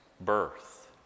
birth